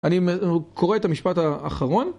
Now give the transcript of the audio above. אני קורא את המשפט האחרון